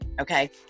okay